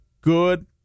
good